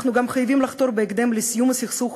אנחנו גם חייבים לחתור בהקדם לסיום הסכסוך